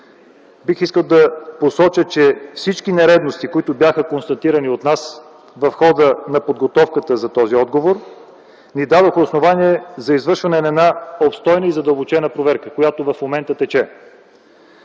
бих искал да посоча, че всички нередности, които бяха констатирани от нас в хода на подготовката за този отговор, ни дадоха основание за извършване на една обстойна и задълбочена проверка, която в момента тече.